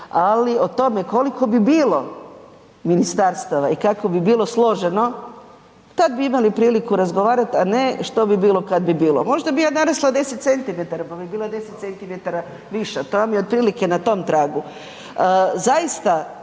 ali o tome koliko bi bilo ministarstava i kako bi bilo složeno, tad bi imali priliku razgovarati, a ne što bi bilo kad bi bilo. Možda bi ja narasla 10 cm, pa bi bila 10 cm viša. To vam je otprilike na tom tragu.